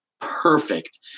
perfect